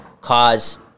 cause